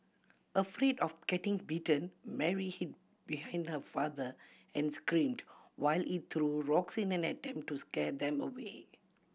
afraid of getting bitten Mary hid behind her father and screamed while he threw rocks in an attempt to scare them away